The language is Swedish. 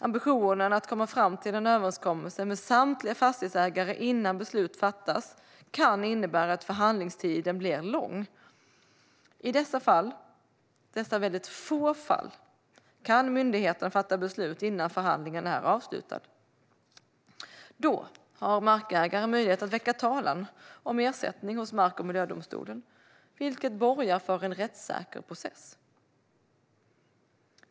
Ambitionen att komma fram till en överenskommelse med samtliga fastighetsägare innan beslut fattas kan innebära att förhandlingstiden blir lång. I dessa väldigt få fall kan myndigheterna fatta beslut innan förhandlingen är avslutad. Då har markägare möjlighet att väcka talan om ersättning hos mark och miljödomstolen, vilket borgar för en rättssäker process.